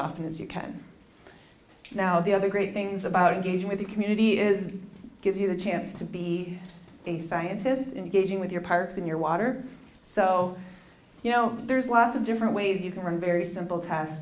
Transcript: often as you can now the other great things about engaging with the community is gives you the chance to be a scientist engaging with your parks in your water so you know there's lots of different ways you can run very simple task